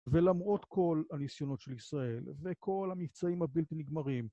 ולמרות כל הניסיונות של ישראל וכל המבצעים הבלתי נגמרים